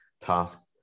task